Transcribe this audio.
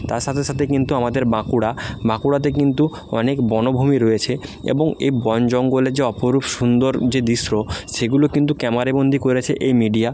তার সাথে সাথে কিন্তু আমাদের বাঁকুড়া বাঁকুড়াতে কিন্তু অনেক বনভূমি রয়েছে এবং এই বনজঙ্গলে যে অপরূপ সুন্দর যে দৃশ্য সেগুলো কিন্তু ক্যামেরাবন্দি করেছে এই মিডিয়া